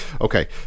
Okay